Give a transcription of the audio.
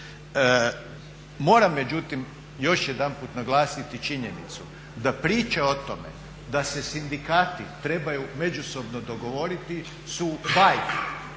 Moram međutim još jedanput naglasiti činjenicu da priča o tome da se sindikati trebaju međusobno dogovoriti su bajke.